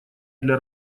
для